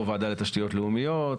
או ועדה לתשתיות לאומיות,